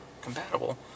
compatible